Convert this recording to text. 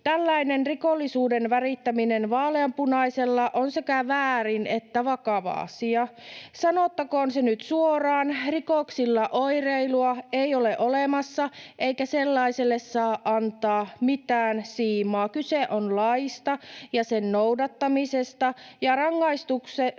Tällainen rikollisuuden värittäminen vaaleanpunaisella on sekä väärin että vakava asia. Sanottakoon se nyt suoraan, rikoksilla oireilua ei ole olemassa eikä sellaiselle saa antaa mitään siimaa. Kyse on laista ja sen noudattamisesta, ja rangaistusten